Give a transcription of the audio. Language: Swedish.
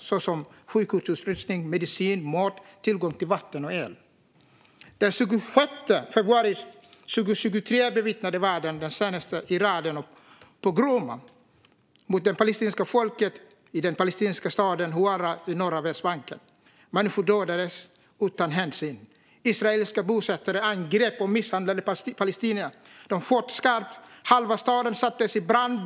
Det handlar om sjukvårdsutrustning, medicin, mat, vatten och el. Den 26 februari 2023 bevittnade världen den senaste i raden av pogromer mot det palestinska folket i den palestinska staden Huwara på norra Västbanken. Människor dödades utan hänsyn. Israeliska bosättare angrep och misshandlade palestinierna. De sköt skarpt. Halva staden sattes i brand.